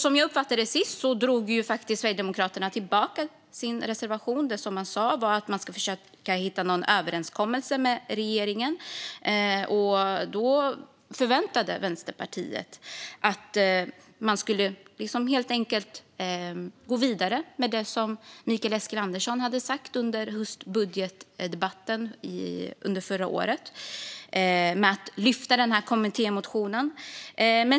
Som jag uppfattade det senast drog Sverigedemokraterna tillbaka sin reservation. Man sa att man skulle försöka att hitta en överenskommelse med regeringen. Då förväntade sig Vänsterpartiet att man skulle gå vidare med det som Mikael Eskilandersson hade sagt under höstbudgetdebatten förra året och lyfta denna kommittémotion.